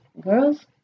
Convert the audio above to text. girls